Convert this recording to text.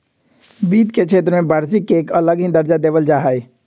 वित्त के क्षेत्र में वार्षिक के एक अलग ही दर्जा देवल जा हई